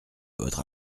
votre